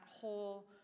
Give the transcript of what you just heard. whole